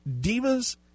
Divas